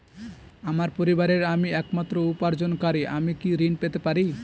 আমার পরিবারের আমি একমাত্র উপার্জনকারী আমি কি ঋণ পেতে পারি?